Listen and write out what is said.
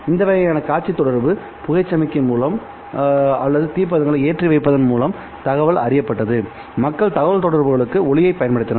இந்த வகையான காட்சி தொடர்பு புகை சமிக்ஞை மூலம் அல்லது தீப்பந்தங்களை ஏற்றி வைப்பதன் மூலம் தகவல்கள் அறியப்பட்டது மக்கள் தகவல்தொடர்புகளுக்கு ஒளியைப் பயன்படுத்தினர்